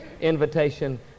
invitation